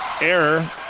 Error